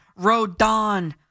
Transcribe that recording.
Rodon